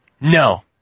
No